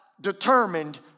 Determined